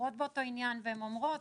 ברורות באותו עניין והן אומרות